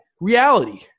reality